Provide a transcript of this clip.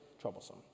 troublesome